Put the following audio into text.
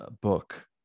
book